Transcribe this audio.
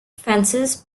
fences